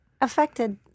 Affected